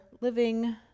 living